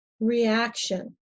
reaction